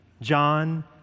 John